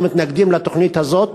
אנחנו מתנגדים לתוכנית הזאת,